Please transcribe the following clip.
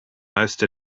most